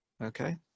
okay